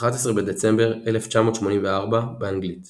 11 בדצמבר 1984 באנגלית